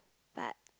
but